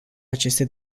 aceste